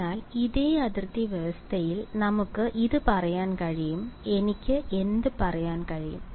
അതിനാൽ ഇതേ അതിർത്തി വ്യവസ്ഥയിൽ നമുക്ക് ഇത് പറയാൻ കഴിയും എനിക്ക് എന്ത് പറയാൻ കഴിയും